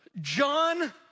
John